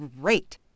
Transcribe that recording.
great